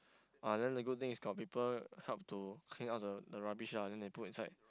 ah then the good thing is got people help to clean all the the rubbish ah then they put inside